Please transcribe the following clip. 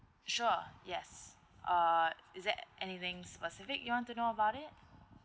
sure yes uh is there anything specific you want to know about it